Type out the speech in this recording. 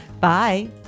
Bye